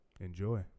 Enjoy